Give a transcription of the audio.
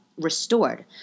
restored